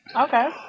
Okay